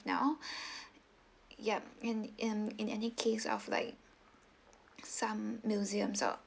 now yup and in in any case of like some museums are